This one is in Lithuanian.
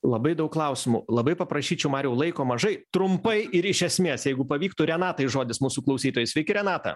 labai daug klausimų labai paprašyčiau mariau laiko mažai trumpai ir iš esmės jeigu pavyktų renatai žodis mūsų klausytojai sveiki renata